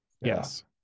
Yes